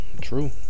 True